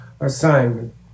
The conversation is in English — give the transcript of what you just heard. assignment